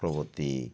প্রবতি